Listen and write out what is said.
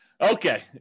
Okay